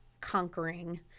conquering